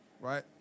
right